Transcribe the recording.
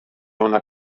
una